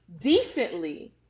decently